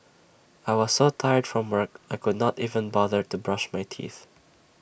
I was so tired from work I could not even bother to brush my teeth